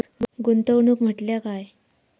गुंतवणूक म्हटल्या काय?